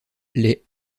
les